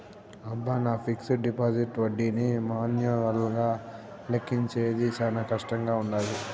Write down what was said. అబ్బ, నా fixed deposit ఒడ్డీని మాన్యువల్గా లెక్కించేది శానా కష్టంగా వుండాది